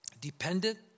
dependent